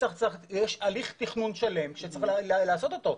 כי יש הליך תכנון שלם שצריך לעשות אותו.